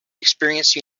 experience